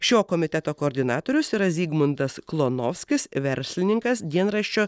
šio komiteto koordinatorius yra zigmundas klonovskis verslininkas dienraščio